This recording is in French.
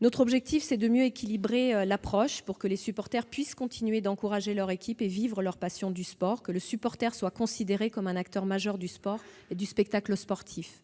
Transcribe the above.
Notre objectif est de mieux équilibrer l'approche de ce sujet pour que les supporters puissent continuer à encourager leur équipe et vivre leur passion du sport. Il faut que le supporter soit considéré comme un acteur majeur du sport et du spectacle sportif.